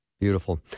Beautiful